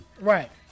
right